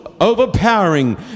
overpowering